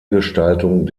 gestaltung